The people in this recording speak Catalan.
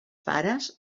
pares